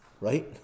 right